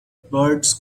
birds